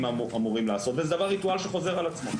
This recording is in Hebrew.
אמורים לעשות וזה ריטואל שחוזר על עצמו,